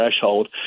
threshold